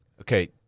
Okay